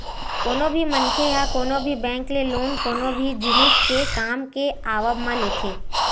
कोनो भी मनखे ह कोनो भी बेंक ले लोन कोनो भी जिनिस के काम के आवब म लेथे